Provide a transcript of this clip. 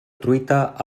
truita